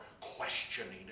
questioning